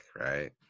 right